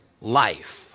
life